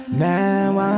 Now